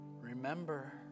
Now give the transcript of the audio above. Remember